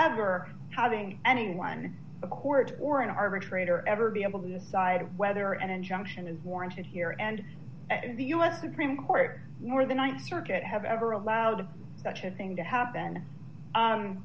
ever having anyone a court or an arbitrator ever be able to decide whether an injunction is warranted here and the u s supreme court or the th circuit have ever allowed such a thing to happen